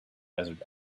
desert